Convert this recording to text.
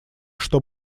что